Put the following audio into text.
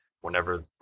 Whenever